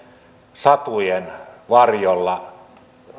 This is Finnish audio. satujen varjolla